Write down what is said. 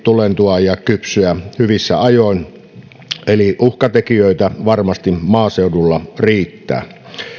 tuleentua ja kypsyä hyvissä ajoin eli uhkatekijöitä varmasti maaseudulla riittää